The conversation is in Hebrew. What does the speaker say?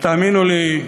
ותאמינו לי,